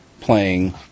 playing